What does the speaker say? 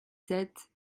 sept